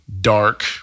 dark